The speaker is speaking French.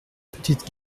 petite